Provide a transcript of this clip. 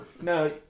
No